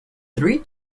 three